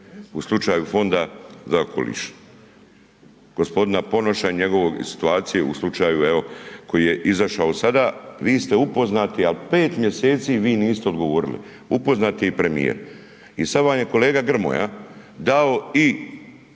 u slučaju Fonda za okoliš, gospodina Ponoša i njegove situacije u slučaju evo koji je izašao sada, vi ste upoznati ali 5 mjeseci vi niste odgovorili, upoznati je i premijer. I sada vam je kolega Grmoja dao i